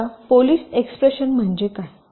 आता polish expression म्हणजे काय